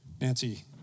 Nancy